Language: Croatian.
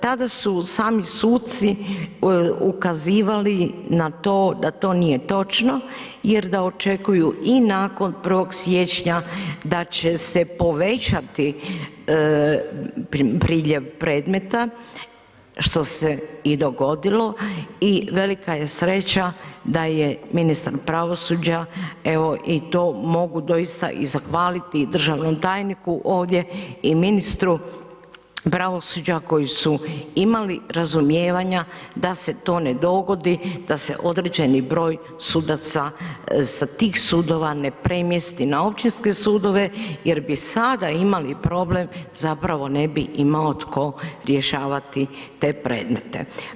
Tada su sami suci ukazivali na to da to nije točno jer da očekuju i nakon 1. siječnja da će se povećati priljev predmeta, što se i dogodilo i velika je sreća da je ministar pravosuđa evo i to mogu doista i zahvaliti državnom tajniku ovdje i ministru pravosuđa koji su imali razumijevanja da se to ne dogodi da se određeni broj sudaca sa tih sudova ne premjesti na općinske sudove jer bi sada imali problem zapravo ne bi imao tko rješavati te predmete.